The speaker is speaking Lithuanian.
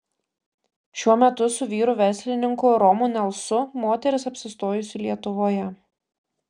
šiuo metu su vyru verslininku romu nelsu moteris apsistojusi lietuvoje